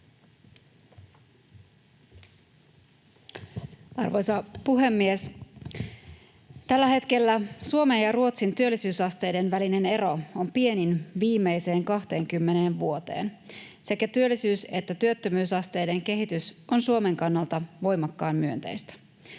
Arvoisa puhemies! Tällä hetkellä Suomen ja Ruotsin työllisyysasteiden välinen ero on pienin viimeiseen kahteenkymmeneen vuoteen. Sekä työllisyys- että työttömyysasteiden kehitys on Suomen kannalta voimakkaan myönteistä.